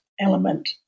element